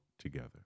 together